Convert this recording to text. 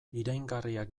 iraingarriak